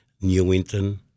Newington